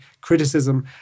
criticism